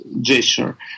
gesture